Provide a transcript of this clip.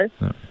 right